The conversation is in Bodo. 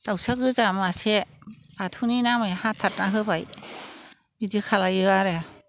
दाउसा गोजा मासे बाथौनि नामै हाथारना होबाय बिदि खालामो आरो